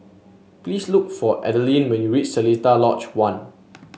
please look for Adilene when you reach Seletar Lodge One